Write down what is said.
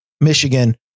Michigan